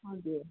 हजुर